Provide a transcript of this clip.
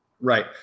right